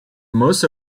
most